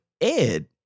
Ed